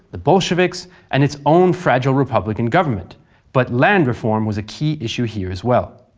the bolsheviks and its own fragile republican government but land reform was a key issue here as well.